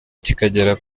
kikagera